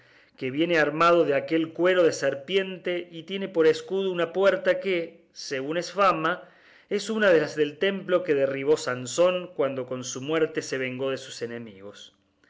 que viene armado de aquel cuero de serpiente y tiene por escudo una puerta que según es fama es una de las del templo que derribó sansón cuando con su muerte se vengó de sus enemigos